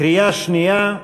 קריאה שנייה,